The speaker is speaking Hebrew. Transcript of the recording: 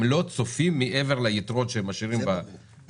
הם לא צופים תשלומים נוספים מעבר ליתרות שהם משאירים בסעיפים.